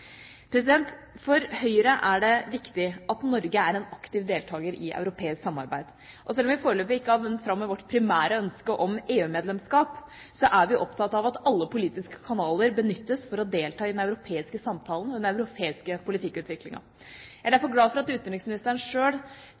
For Høyre er det viktig at Norge er en aktiv deltaker i europeisk samarbeid, og selv om vi foreløpig ikke har vunnet fram med vårt primære ønske om EU-medlemskap, er vi opptatt av at alle politiske kanaler benyttes for å delta i den europeiske samtalen og i den europeiske politikkutviklingen. Jeg er derfor glad for at utenriksministeren sjøl